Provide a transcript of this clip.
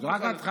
זו רק ההתחלה.